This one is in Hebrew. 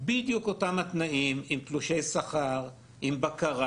אותם התנאים, עם תלושי שכר, עם בקרה.